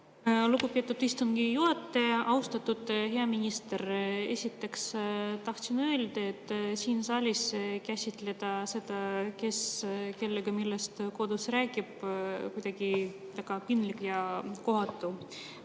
Lugupeetud istungi juhataja! Austatud, hea minister! Esiteks tahan öelda, et siin saalis käsitleda seda, kes kellega millest kodus räägib, on kuidagi väga piinlik ja kohatu,